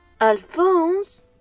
Alphonse